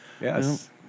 yes